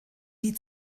die